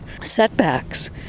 setbacks